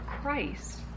Christ